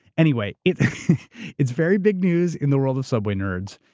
anyway, it's it's very big news in the world of subway nerds.